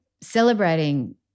celebrating